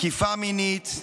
תקיפה מינית,